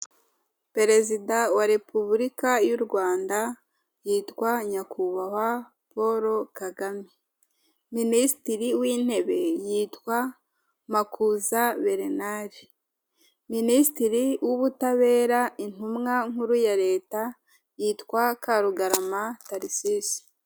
Perezida wa repubulika y'u Rwanda yitwa nyakubahwa Paul kagame, minisitiri w'intebe yitwa Makuza Bernard, minisitiri w'ubutabera intumwa nkuru ya leta yitwa Karugarama Tharcise.